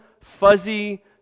fuzzy